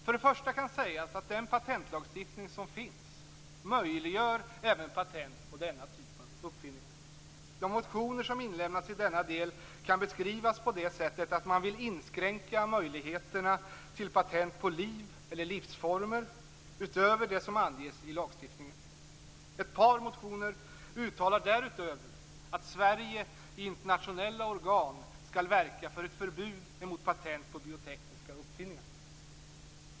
Först och främst kan sägas att den patentlagstiftning som finns möjliggör även patent på denna typ av uppfinningar. De motioner som inlämnats i denna del kan beskrivas på det sättet att man vill inskränka möjligheterna till patent på liv eller livsformer utöver det som anges i lagstiftningen. Ett par motioner uttalar därutöver att Sverige i internationella organ skall verka för ett förbud mot patent på biotekniska uppfinningar.